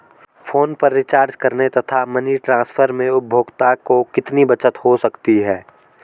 Phone पर recharge करने तथा मनी ट्रांसफर में उपभोक्ता को कितनी बचत हो सकती है?